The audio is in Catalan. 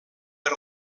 per